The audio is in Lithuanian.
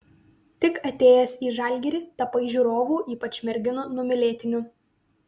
tik atėjęs į žalgirį tapai žiūrovų ypač merginų numylėtiniu